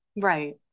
right